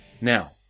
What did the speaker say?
Now